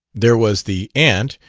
there was the aunt,